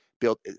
built